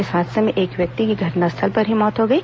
इस हादसे में एक व्यक्ति की घटनास्थल पर ही मौत हो गई